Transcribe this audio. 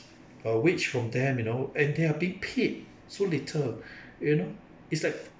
uh wage from them you know and they're being paid so little you know it's like